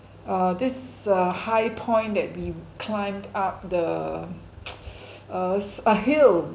uh this uh high point that we climbed up the s~ uh s~ a hill